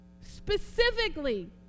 specifically